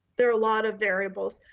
there are a lot of variables,